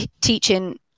teaching